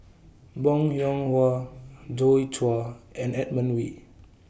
Bong Hiong Hwa Joi Chua and Edmund Wee